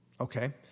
Okay